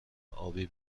آبی